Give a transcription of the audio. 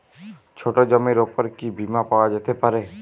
ছোট জমির উপর কি বীমা পাওয়া যেতে পারে?